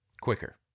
quicker